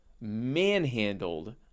manhandled